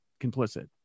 complicit